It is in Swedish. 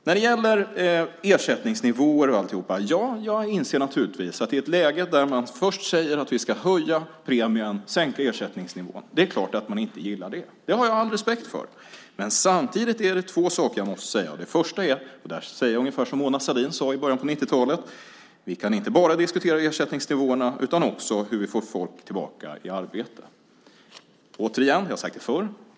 När det gäller ersättningsnivåer och allt sådant inser jag att man inte gillar ett läge där vi först säger att vi ska höja premien och sänka ersättningsnivån. Det har jag all respekt för. Men samtidigt är det några saker jag måste säga. När det gäller det första säger jag ungefär som Mona Sahlin sade i början på 90-talet. Vi kan inte bara diskutera ersättningsnivåerna utan också hur vi får människor tillbaka i arbete. Jag har sagt det förut.